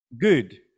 good